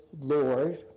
Lord